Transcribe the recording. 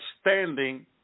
standing